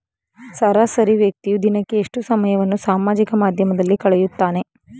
ಸರಾಸರಿ ವ್ಯಕ್ತಿಯು ದಿನಕ್ಕೆ ಎಷ್ಟು ಸಮಯವನ್ನು ಸಾಮಾಜಿಕ ಮಾಧ್ಯಮದಲ್ಲಿ ಕಳೆಯುತ್ತಾನೆ?